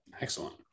Excellent